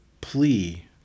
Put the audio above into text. plea